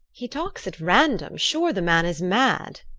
he talkes at randon sure the man is mad